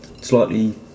slightly